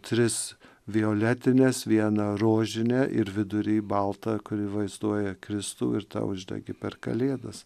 tris violetines vieną rožinę ir vidury baltą kuri vaizduoja kristų ir tą uždegi per kalėdas